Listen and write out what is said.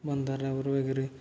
बंदरावर वगैरे